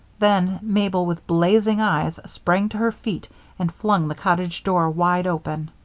then mabel, with blazing eyes, sprang to her feet and flung the cottage door wide open.